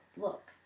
look